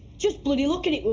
just bloody look at it,